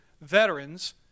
veterans